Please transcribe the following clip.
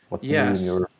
Yes